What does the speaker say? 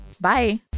Bye